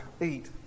Eat